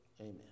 Amen